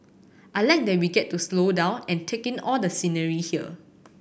I like that we get to slow down and take in all the scenery here